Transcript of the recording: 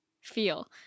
feel